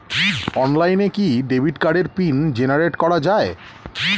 অনলাইনে কি ডেবিট কার্ডের পিন জেনারেট করা যায়?